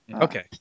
okay